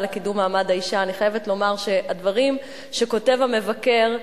לקידום מעמד האשה אני חייבת לומר שהדברים שכותב המבקר,